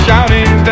Shouting